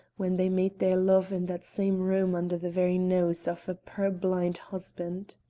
when they made their love in that same room under the very nose of a purblind husband.